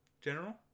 general